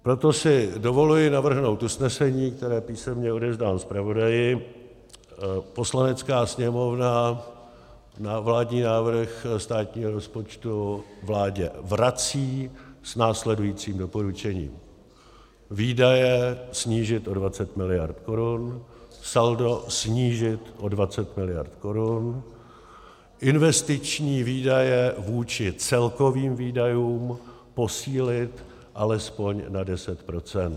Proto si dovoluji navrhnout usnesení, které písemně odevzdám zpravodaji: Poslanecká sněmovna na vládní návrh státního rozpočtu vládě vrací s následujícím doporučením: výdaje snížit o 20 mld. korun, saldo snížit o 20 mld. korun, investiční výdaje vůči celkovým výdajům posílit alespoň na 10 %.